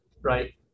right